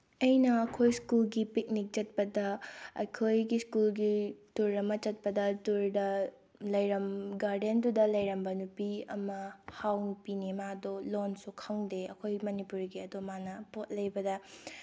ꯑꯩꯅ ꯑꯩꯈꯣꯏ ꯁ꯭ꯀꯨꯜꯒꯤ ꯄꯤꯛꯅꯤꯛ ꯆꯠꯄꯗ ꯑꯩꯈꯣꯏꯒꯤ ꯁ꯭ꯀꯨꯜꯒꯤ ꯇꯨꯔ ꯑꯃ ꯆꯠꯄꯗ ꯇꯨꯔꯗ ꯒꯥꯔꯗꯦꯟꯗꯨꯗ ꯂꯩꯔꯝꯕ ꯅꯨꯄꯤ ꯑꯃ ꯍꯥꯎ ꯅꯨꯄꯤꯅꯦ ꯃꯥꯗꯣ ꯂꯣꯟꯁꯨ ꯈꯪꯗꯦ ꯑꯩꯈꯣꯏ ꯃꯅꯤꯄꯨꯔꯤꯒꯤ ꯑꯗꯨꯃꯥꯏꯅ ꯄꯣꯠ ꯂꯩꯕꯗ